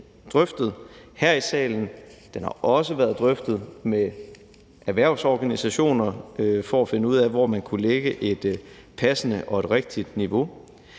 her i salen. Den har også været drøftet med erhvervsorganisationer for at finde ud af, hvor man kunne lægge et passende og et rigtigt niveau.